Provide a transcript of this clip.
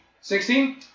Sixteen